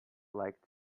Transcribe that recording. like